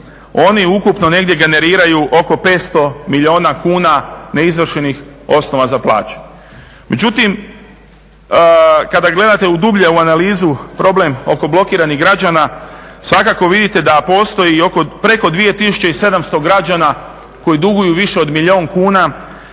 Oni ukupno negdje generiraju oko 500 milijuna kuna neizvršenih osnova za plaćanje. Međutim, kada gledate dublje u analizu problem oko blokiranih građana svakako vidite da postoji i preko 2700 građana koji duguju više od milijun kuna